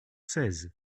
seize